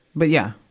but, yeah.